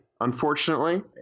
unfortunately